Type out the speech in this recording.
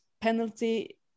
penalty